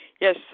yes